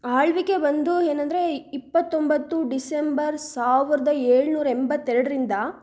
ಆಳ್ವಿಕೆ ಬಂದು ಏನೆಂದ್ರೆ ಇಪ್ಪತ್ತೊಂಬತ್ತು ಡಿಸೆಂಬರ್ ಸಾವಿರದ ಏಳುನೂರ ಎಂಬತ್ತ ಎರಡರಿಂದ